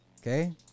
okay